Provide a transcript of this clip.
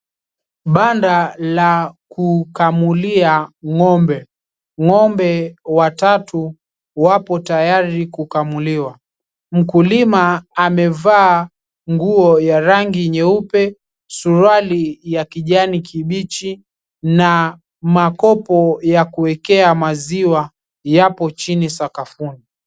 Banda la kukamulia ng'ombe. Ng'ombe watatu wapo tayari kukamuliwa. Mkulima amevaa nguo ya rangi nyeupe, suruali ya kijani kibichi na makopo ya kuwekea maziwa yapo chini sakafuni.